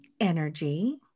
energy